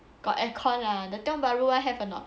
got air con lah the tiong bahru one have or not